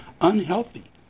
unhealthy